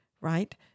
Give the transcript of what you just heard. Right